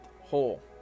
hole